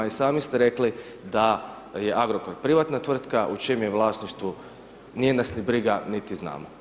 I sami ste rekli da je Agrokor privatna tvrtka u čijem je vlasništvu, nije nas ni briga niti znamo.